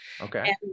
Okay